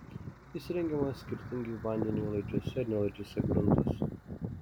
jis įrengiamas skirtingai vandeniui laidžiuose ir nelaidžiuose gruntuose